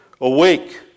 Awake